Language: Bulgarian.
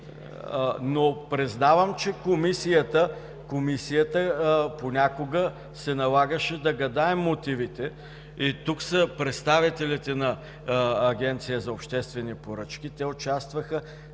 Но признавам, че Комисията понякога се налагаше да гадае мотивите и тук са представителите на Агенцията за обществени поръчки, те участваха